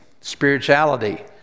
spirituality